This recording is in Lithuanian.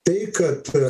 tai kad